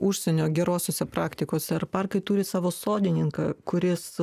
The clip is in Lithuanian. užsienio gerosios praktikose ar parkai turi savo sodininką kuris